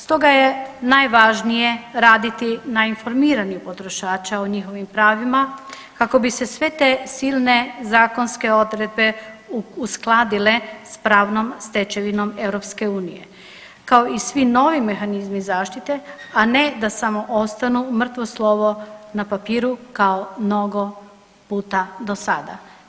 Stoga je najvažnije raditi na informiranju potrošača o njihovim pravima kako bi se sve te silne zakonske odredbe uskladile s pravnom stečevinom EU, kao i svi novi mehanizmi zaštite, a ne da samo ostanu mrtvo slovo na papiru kao mnogo puta do sada.